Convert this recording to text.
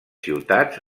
ciutats